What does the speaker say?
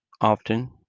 Often